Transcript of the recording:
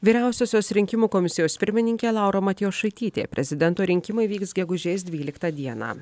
vyriausiosios rinkimų komisijos pirmininkė laura matjošaitytė prezidento rinkimai vyks gegužės dvyliktą dieną